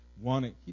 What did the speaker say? wanting